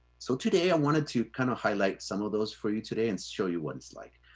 so today, i wanted to kind of highlight some of those for you today and show you what it's like.